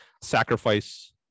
sacrifice